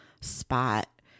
spot